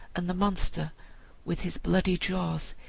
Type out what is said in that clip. and the monster with his bloody jaws,